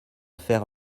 faire